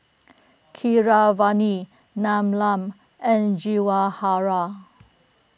Keeravani Neelam and Jawaharlal